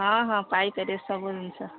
ହଁ ହଁ ପାଇପାରିବେ ସବୁ ଜିନିଷ